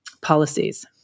policies